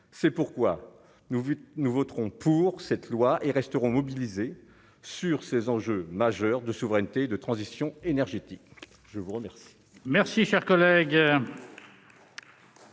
c'est pourquoi nous nous voterons pour cette loi et resteront mobilisés sur ces enjeux majeurs de souveraineté de transition énergétique, je vous remercie.